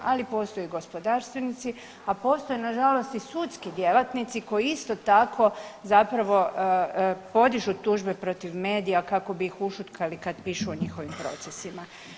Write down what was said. Ali postoje i gospodarstvenici, ali postoje na žalost i sudski djelatnici koji isto tako zapravo podižu tužbe protiv medija kako bi ih ušutkali kada pišu o njihovim procesima.